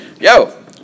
Yo